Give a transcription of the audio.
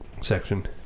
section